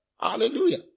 Hallelujah